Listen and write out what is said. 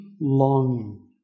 longing